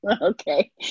Okay